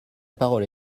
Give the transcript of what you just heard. parole